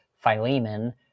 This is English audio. Philemon